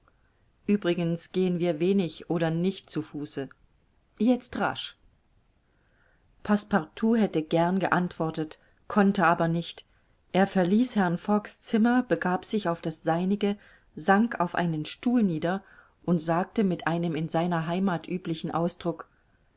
uebrigens gehen wir wenig oder nicht zu fuße jetzt rasch passepartout hätte gern geantwortet konnte aber nicht er verließ herrn fogg's zimmer begab sich auf das seinige sank auf einen stuhl nieder und sagte mit einem in seiner heimat üblichen ausdruck